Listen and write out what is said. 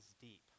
deep